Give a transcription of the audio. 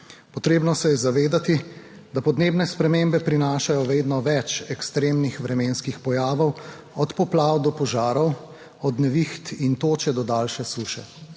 Potrebno se je zavedati, da podnebne spremembe prinašajo vedno več ekstremnih vremenskih pojavov, od poplav do požarov, od neviht in toče do daljše suše.